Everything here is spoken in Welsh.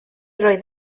roedd